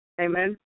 Amen